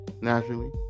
naturally